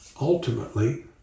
Ultimately